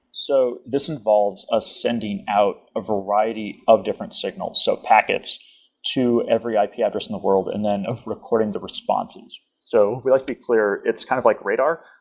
so this involves ah sending out a variety of different signals, so packets to every ah ip yeah address in the world and then recording the responses. so we likely clear it's kind of like radar.